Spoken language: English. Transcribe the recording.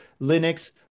Linux